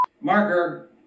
Marker